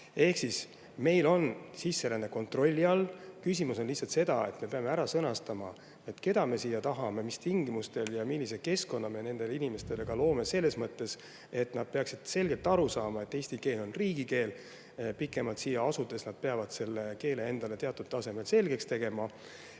tulnud. Meil on sisseränne kontrolli all. Küsimus on lihtsalt selles, et me peame ära sõnastama, keda me siia tahame, mis tingimustel ja millise keskkonna me nendele inimestele loome. Nad peaksid aru saama, et eesti keel on riigikeel, ja pikemalt siia asudes nad peavad selle keele endale teatud tasemel selgeks tegema.